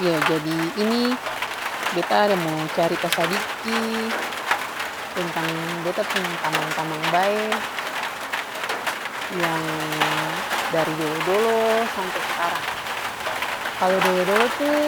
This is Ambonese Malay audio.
Iyo jadi ini beta ada mo carita sadiki tentang beta pung tamang-tamang bae yang dari dolo-dolo sampe sakarang. Kalu dolo-dolo tuh